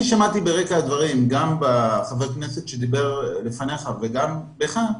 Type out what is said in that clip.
אני שמעתי ברקע הדברים גם את חבר הכנסת שדיבר לפניך וגם אותך: